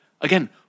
again